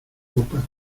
popa